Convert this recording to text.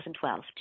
2012